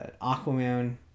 Aquaman